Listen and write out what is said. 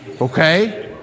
Okay